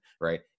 right